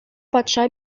патша